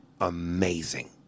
amazing